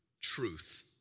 truth